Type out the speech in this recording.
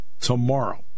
tomorrow